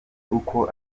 uko